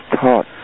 taught